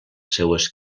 seues